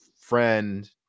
friend –